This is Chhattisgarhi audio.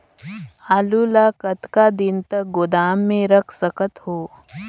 आलू ल कतका दिन तक गोदाम मे रख सकथ हों?